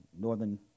Northern